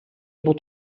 able